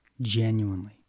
genuinely